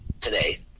today